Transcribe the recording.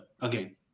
again